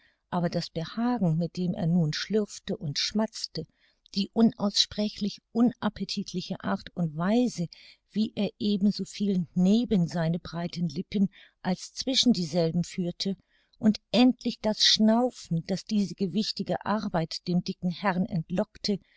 aber das behagen mit dem er nun schlürfte und schmatzte die unaussprechlich unappetitliche art und weise wie er eben so viel neben seine breiten lippen als zwischen dieselben führte und endlich das schnaufen das diese gewichtige arbeit dem dicken herrn entlockte